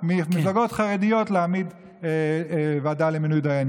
אלו סוגיות חשובות, כל הכבוד לכם.